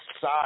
side